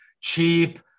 Cheap